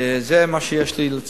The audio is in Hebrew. זה מה שיש לי.